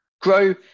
grow